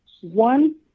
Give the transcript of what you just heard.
one